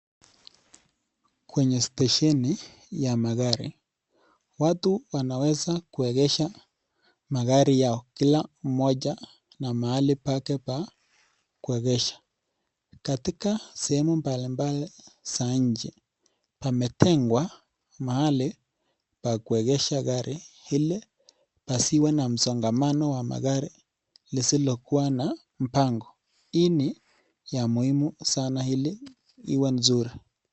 Kwenye stesheni ya magari, watu wanaweza kuegesha magari yao, kila mmoja na mahali pake pa kuegesha. Katika sehemu mbali mbali za nchi, pametengewa mahali pa kuegesha gari ili pasiwe na msongamano wa magari lisilo kuwa na mpango, hii ni ya muhimu sana ile iwe nzuri.